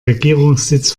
regierungssitz